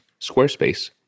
Squarespace